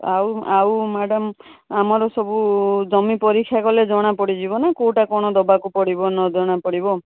ଆଉ ଆଉ ମ୍ୟାଡମ୍ ଆମର ସବୁ ଜମି ପରୀକ୍ଷା କଲେ ଜଣା ପଡ଼ିଯିବ ନା କେଉଁଟା କ'ଣ ଦେବାକୁ ପଡ଼ିବ ନ ଜଣା ପଡ଼ିବ